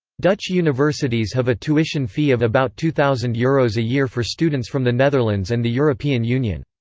dutch universities have a tuition fee of about two thousand euros a year for students from the netherlands and the european union.